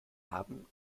haben